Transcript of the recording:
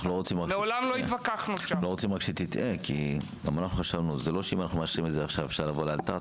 לא רוצים שתטעה זה לא שאם מאשרים את זה עכשיו אפשר לעבוד לאלתר.